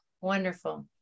Wonderful